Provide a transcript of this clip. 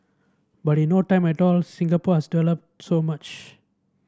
but in no time at all Singapore has developed so much